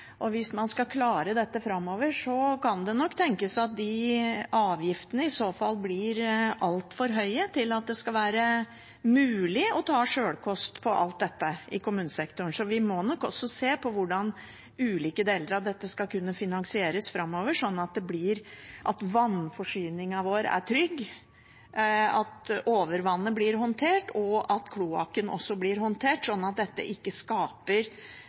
Hvis man skal klare dette framover, kan det nok tenkes at de avgiftene i så fall blir altfor høye til at det vil være mulig for kommunesektoren å gjøre alt dette til sjølkost. Så vi må nok også se på hvordan ulike deler av dette skal kunne finansieres framover, slik at vannforsyningen vår er trygg, at overvannet blir håndtert, og at kloakken også blir håndtert, slik at dette ikke skaper